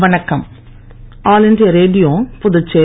வணக்கம் all India Radio Puducherry